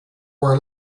were